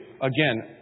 Again